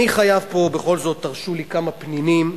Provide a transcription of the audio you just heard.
אני חייב פה, בכל זאת תרשו לי כמה פנינים: